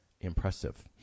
impressive